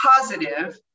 positive